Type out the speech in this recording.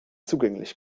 zugänglich